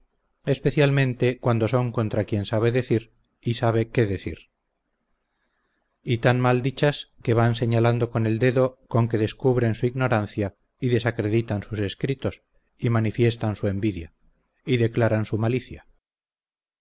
especialmente cuando son contra quien sabe decir y sabe qué decir y tan mal dichas que van señalando con el dedo con que descubren su ignorancia y desacreditan sus escritos y manifiestan su envidia y declaran su malicia